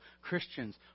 Christians